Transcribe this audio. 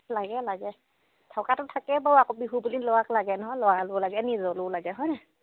লাগে লাগে থকাটো থাকেই বাৰু আকৌ বিহু বুলি ল'ৰাক লাগে নহয় ল'ৰালৈও লাগে নিজৰলৈও লাগে হয়নে